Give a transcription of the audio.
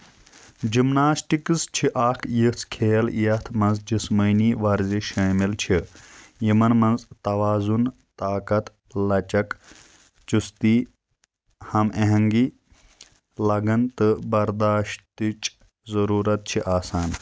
gymnastics چھِ اکھ یِژھ کھیل یتھ منٛز جسمٲنی وَرزِش شٲمِل چھِ یِمَن منٛز تَوازُن طاقت لچک چُستی ہم آٮ۪ہنگی لگن تہٕ برداشتٕچ ضُروٗرت چھِ آسان